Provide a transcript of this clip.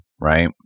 right